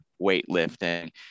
weightlifting